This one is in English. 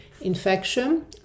infection